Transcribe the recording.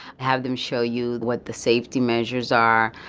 have them show you what the safety measures are,